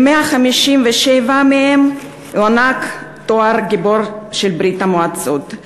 ל-157 מהם הוענק תואר "גיבור ברית-המועצות",